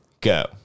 go